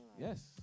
Yes